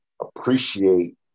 appreciate